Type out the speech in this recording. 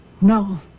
No